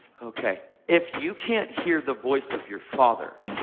okay. if you can't hear the voice of your father,